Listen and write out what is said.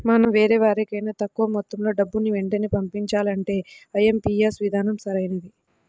మనం వేరెవరికైనా తక్కువ మొత్తంలో డబ్బుని వెంటనే పంపించాలంటే ఐ.ఎం.పీ.యస్ విధానం సరైనది